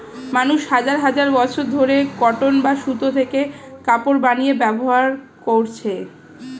মানুষ হাজার হাজার বছর ধরে কটন বা সুতো থেকে কাপড় বানিয়ে ব্যবহার করছে